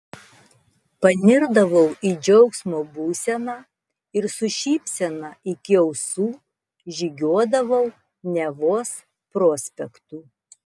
panirdavau į džiaugsmo būseną ir su šypsena iki ausų žygiuodavau nevos prospektu